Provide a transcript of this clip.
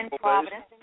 Providence